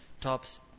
tops